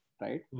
right